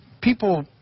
people